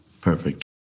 perfect